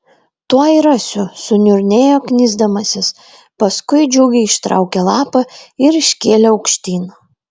tuoj rasiu suniurnėjo knisdamasis paskui džiugiai ištraukė lapą ir iškėlė aukštyn